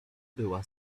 była